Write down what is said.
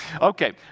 okay